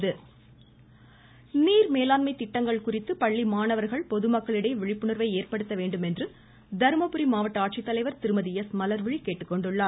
த த த த த மலர்விழி நீர் மேலாண்மை திட்டங்கள் குறித்து பள்ளி மாணவர்கள் பொதுமக்களிடையே விழிப்புணர்வை ஏற்படுத்த வேண்டும் என்று தருமபுரி மாவட்ட ஆட்சித்தலைவர் திருமதி எஸ் மலர்விழி கேட்டுக்கொண்டுள்ளார்